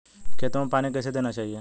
खेतों में पानी कैसे देना चाहिए?